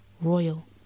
royal